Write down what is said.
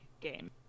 game